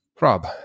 rob